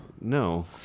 No